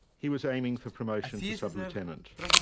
he was aiming for promotion to sub-lieutenant.